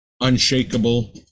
unshakable